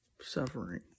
suffering